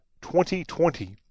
2020